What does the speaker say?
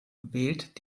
wählt